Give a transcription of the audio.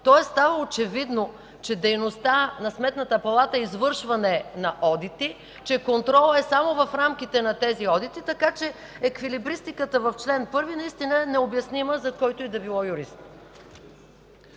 Тоест става очевидно, че дейността на Сметната палата е извършване на одити, че контролът е само в рамките на тези одити, така че еквилибристиката в чл. 1 наистина е необяснима, за който и да било юрист.